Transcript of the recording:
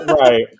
Right